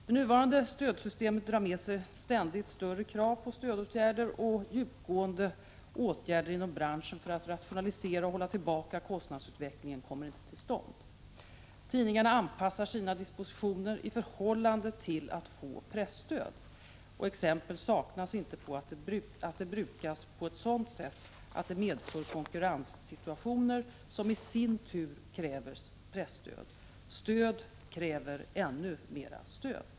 Det nuvarande stödsystemet drar med sig ständigt större krav på stödåtgärder, och djupgående åtgärder inom branschen för att rationalisera och hålla tillbaka kostnadsutvecklingen kommer inte till stånd. Tidningarna anpassar sina dispositioner till det förväntade presstödet. Exempel saknas inte på att stödet brukas på ett sådant sätt att det medför konkurrenssituationer som i sin tur kräver presstöd. Stöd kräver ännu mera stöd.